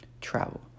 Travel